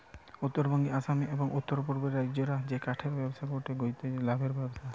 উত্তরবঙ্গে, আসামে, আর উততরপূর্বের রাজ্যগা রে কাঠের ব্যবসা গটে পইসা লাভের ব্যবসা